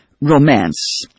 romance